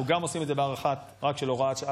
אנחנו גם עושים את זה בהארכה רק של הוראת השעה,